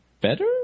better